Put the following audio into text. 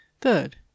Third